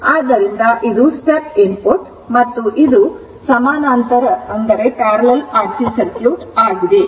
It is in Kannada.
ಆದ್ದರಿಂದ ಇದು step input ಮತ್ತು ಇದು ಸಮಾನಾಂತರ R C ಸರ್ಕ್ಯೂಟ್ ಆಗಿದೆ